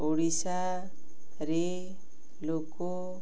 ଓଡ଼ିଶାରେ ଲୋକ